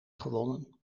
gewonnen